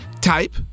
type